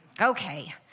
Okay